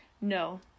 No